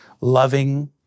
Loving